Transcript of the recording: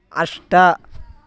अष्ट